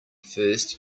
first